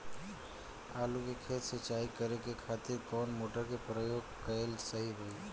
आलू के खेत सिंचाई करे के खातिर कौन मोटर के प्रयोग कएल सही होई?